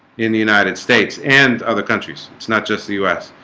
in the united states and other countries. it's not just the u s.